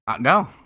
No